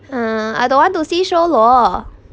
ah I don't want to see show lo